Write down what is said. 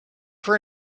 for